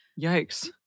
Yikes